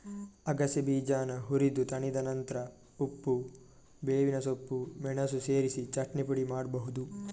ಅಗಸೆ ಬೀಜಾನ ಹುರಿದು ತಣಿದ ನಂತ್ರ ಉಪ್ಪು, ಬೇವಿನ ಸೊಪ್ಪು, ಮೆಣಸು ಸೇರಿಸಿ ಚಟ್ನಿ ಪುಡಿ ಮಾಡ್ಬಹುದು